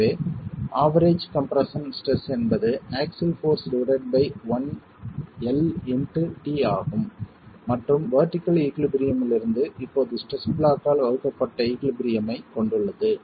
எனவே average compression stress என்பது axial force divided by l into t ஆகும் மற்றும் வெர்டிகள் ஈகுலிபிரியம் மிலிருந்து இப்போது ஸ்ட்ரெஸ் ப்ளாக் ஆல் வழங்கப்பட்ட ஈகுலிபிரியம் ஐக் கொண்டுள்ளது